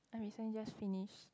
I recently just finished